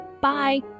Bye